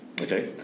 Okay